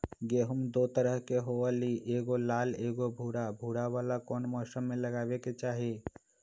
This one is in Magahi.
गेंहू दो तरह के होअ ली एगो लाल एगो भूरा त भूरा वाला कौन मौसम मे लगाबे के चाहि?